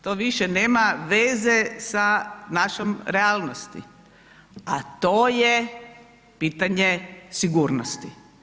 To više nema veze sa našom realnosti, a to je pitanje sigurnosti.